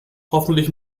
hoffentlich